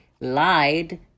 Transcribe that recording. lied